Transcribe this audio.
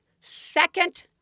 second